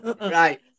Right